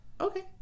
okay